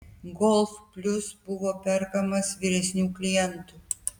golf plius buvo perkamas vyresnių klientų